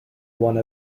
one